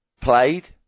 played